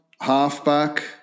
halfback